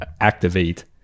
activate